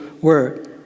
word